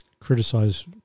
criticize